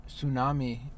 tsunami